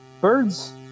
birds